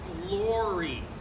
glory